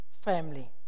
family